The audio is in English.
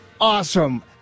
awesome